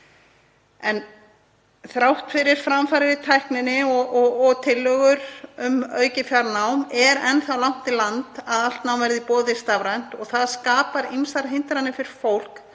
en þrátt fyrir framfarir í tækni og tillögur um aukið fjarnám er enn þá langt í land að allt nám verði í boði stafrænt. Það skapar ýmsar hindranir fyrir fólk